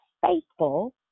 faithful